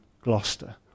Gloucester